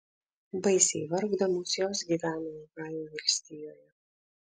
baisiai vargdamos jos gyveno ohajo valstijoje